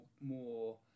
more